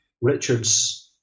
Richard's